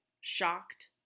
shocked